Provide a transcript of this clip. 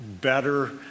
better